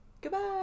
Goodbye